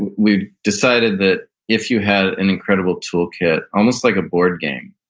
and we'd decided that if you had an incredible toolkit, almost like a board game,